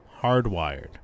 Hardwired